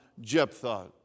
Jephthah